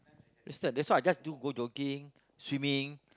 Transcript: wasted that's why I just do go jogging swimming